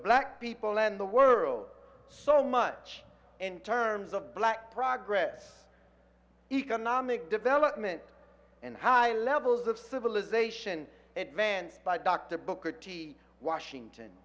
black people and the world so much in terms of black progress economic development and highlevel zz of civilization advanced by dr booker t washington